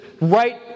right